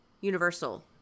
Universal